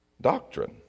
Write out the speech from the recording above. doctrine